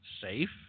safe